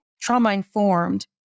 trauma-informed